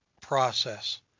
process